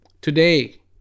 today